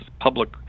public